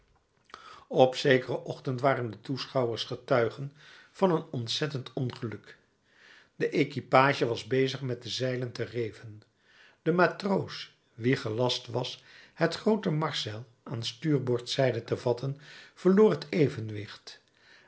op zekeren ochtend waren de toeschouwers getuigen van een ontzettend ongeluk de equipage was bezig met de zeilen te reven de matroos wien gelast was het groote marszeil aan stuurboordzijde te vatten verloor het evenwicht